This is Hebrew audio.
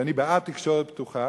ואני בעד תקשורת פתוחה,